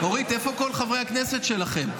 אורית, איפה כל חברי הכנסת שלכם?